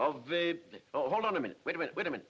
the oh hold on a minute wait a minute wait a minute